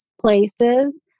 places